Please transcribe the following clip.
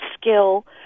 skill